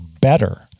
better